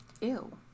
Ew